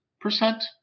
percent